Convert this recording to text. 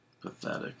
Pathetic